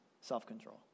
Self-control